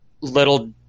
little